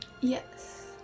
Yes